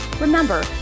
Remember